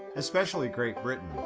especially great britain,